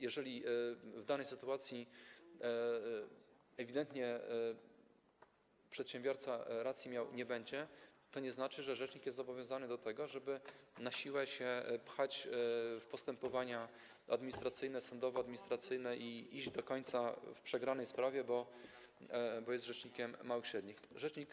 Jeżeli w danej sytuacji ewidentnie przedsiębiorca nie będzie miał racji, to nie znaczy, że rzecznik będzie zobowiązany do tego, żeby na siłę się pchać w postępowania administracyjne, sądowoadministracyjne i iść do końca w przegranej sprawie, bo jest rzecznikiem małych i średnich przedsiębiorców.